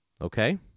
Okay